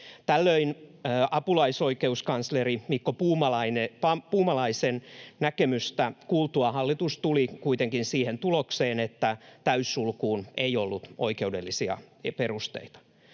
Tällöin apulaisoikeuskansleri Mikko Puumalaisen näkemystä kuultuaan hallitus tuli kuitenkin siihen tulokseen, että täyssulkuun ei ollut oikeudellisia perusteita.